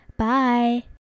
Bye